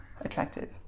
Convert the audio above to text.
attractive